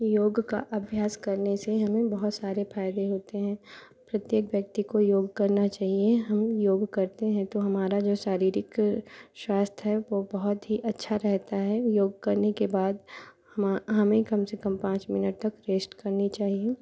योग का अभ्यास करने से हमें बहुत सारे फ़ायदे होते हैं प्रत्येक व्यक्ति को योग करना चाहिए हम योग करते हैं तो हमारा जो शारीरिक स्वास्थय है वह बहुत ही अच्छा रहता है योग करने के बाद हमा हमें कम से कम पाँच मिनट तक रेस्ट करनी चाहिए